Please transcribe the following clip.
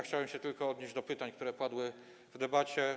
Chciałbym się tylko odnieść do pytań, które padły w debacie.